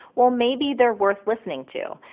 well, maybe they're worth listening to.